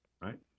right